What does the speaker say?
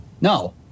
No